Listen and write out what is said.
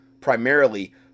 primarily